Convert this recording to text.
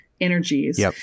energies